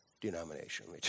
denomination